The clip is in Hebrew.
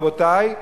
רבותי,